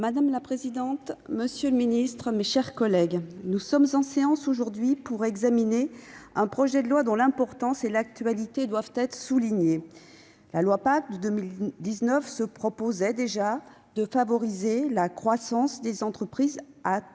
Madame la présidente, monsieur le ministre, mes chers collègues, nous examinons aujourd'hui un projet de loi dont l'importance et l'actualité doivent être soulignées. La loi Pacte de 2019 se proposait déjà de favoriser la croissance des entreprises à toutes